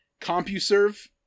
CompuServe